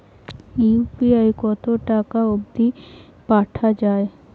UPI কতো টাকা অব্দি পাঠা যায়?